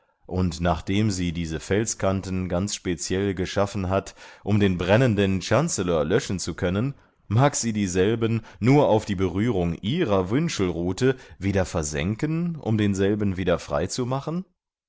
und nachdem sie diese felskanten ganz speciell geschaffen hat um den brennenden chancellor löschen zu können mag sie dieselben nur auf die berührung ihrer wünschelruthe wieder versenken um denselben wieder frei zu machen